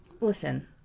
Listen